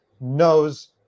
knows